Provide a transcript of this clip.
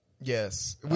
Yes